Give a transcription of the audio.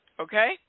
Okay